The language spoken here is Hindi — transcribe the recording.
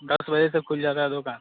दस बजे से खुल जाता है दुकान